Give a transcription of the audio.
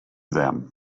them